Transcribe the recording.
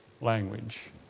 language